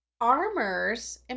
armors